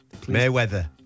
Mayweather